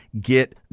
get